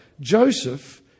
Joseph